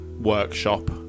workshop